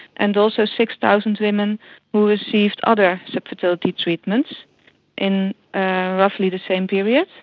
and also six thousand women who received other fertility treatments in roughly the same period,